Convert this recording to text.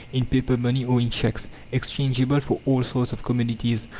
in paper-money, or in cheques exchangeable for all sorts of commodities,